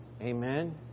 Amen